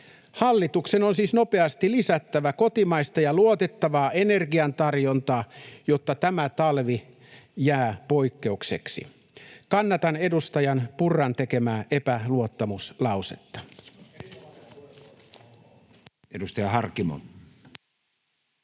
Hallituksen on siis nopeasti lisättävä kotimaista ja luotettavaa energian tarjontaa, jotta tämä talvi jää poikkeukseksi. Kannatan edustaja Purran tekemää epäluottamuslausetta.